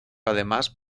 además